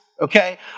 Okay